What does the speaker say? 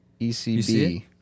ECB